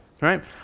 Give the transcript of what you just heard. right